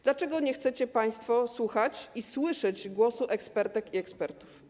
Dlaczego nie chcecie państwo słuchać i słyszeć głosu ekspertek i ekspertów?